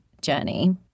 journey